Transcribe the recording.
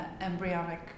embryonic